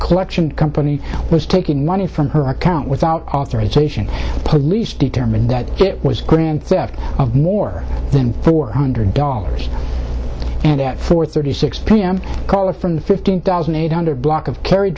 collection company was to in money from her account without authorization police determined that it was grand theft of more than four hundred dollars and at four thirty six p m caller from the fifteen thousand eight hundred block of clar